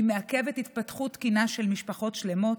היא מעכבת התפתחות תקינה של משפחות שלמות,